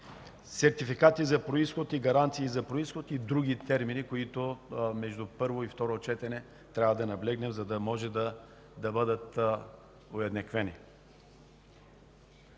сертификати за произход и гаранции за произход и други термини, на които между първо и второ четене трябва да наблегнем, за да могат да бъдат уеднаквени.